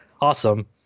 awesome